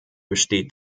besteht